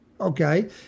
okay